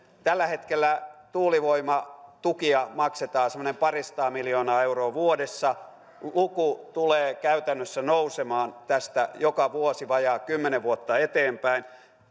tällä hetkellä tuulivoimatukia maksetaan semmoinen parisataa miljoonaa euroa vuodessa luku tulee käytännössä nousemaan tästä joka vuosi vajaa kymmenen vuotta eteenpäin